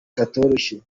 katoroshye